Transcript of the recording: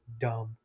dumb